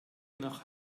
nach